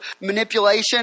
manipulation